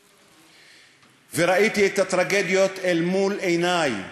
וראיתי את הטרגדיות אל מול עיני.